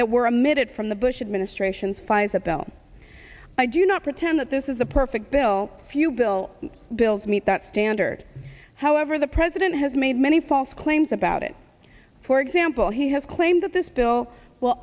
that were emitted from the bush administration's fight about i do not pretend that this is a perfect bill if you bill bills meet that standard however the president has made many false claims about it for example he has claimed that this bill will